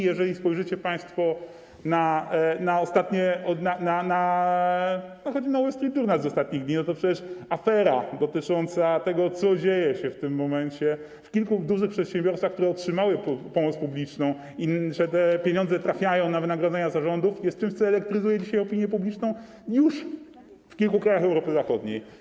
Jeżeli spojrzycie państwo choćby na „Wall Street Journal” z ostatnich dni, to przecież afera dotycząca tego, co dzieje się w tym momencie w kilku dużych przedsiębiorstwach, które otrzymały pomoc publiczną, to, że te pieniądze trafiają na wynagrodzenia zarządów, jest czymś, co elektryzuje dzisiaj opinię publiczną już w kilku krajach Europy Zachodniej.